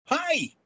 hi